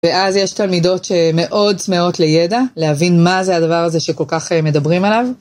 ואז יש תלמידות שמאוד צמאות לידע, להבין מה זה הדבר הזה שכל כך מדברים עליו.